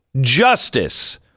justice